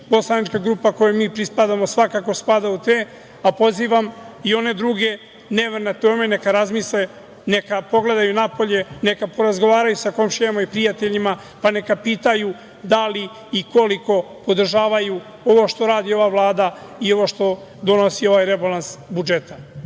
poslanička grupa kojoj mi pripadamo, svakako spada u te, a pozivam i one druge, neverne Tome, neka razmisle, neka pogledaju napolje, neka porazgovaraju sa komšijama i prijateljima, pa neka pitaju da li i koliko podržavaju ovo što radi ova Vlada i ovo što donosi ovaj rebalans budžeta.